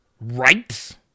Right